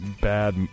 bad